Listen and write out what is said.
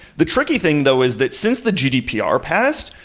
the tricky thing though is that since the gdpr passed,